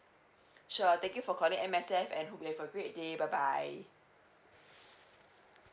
sure thank you for calling M_S_F and hope you have a great day bye bye